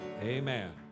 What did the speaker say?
amen